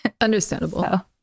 Understandable